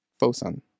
Fosun